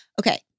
Okay